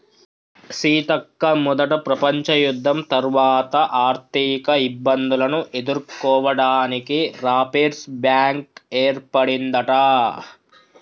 సీతక్క మొదట ప్రపంచ యుద్ధం తర్వాత ఆర్థిక ఇబ్బందులను ఎదుర్కోవడానికి రాపిర్స్ బ్యాంకు ఏర్పడిందట